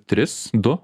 tris du